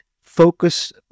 focus